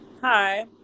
hi